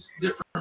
different